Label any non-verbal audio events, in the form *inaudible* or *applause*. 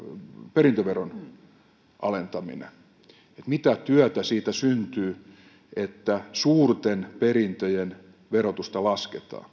perintöveron alentaminen mitä työtä siitä syntyy että suurten perintöjen verotusta lasketaan *unintelligible*